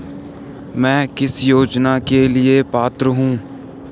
मैं किस योजना के लिए पात्र हूँ?